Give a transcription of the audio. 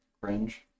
Cringe